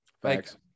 Thanks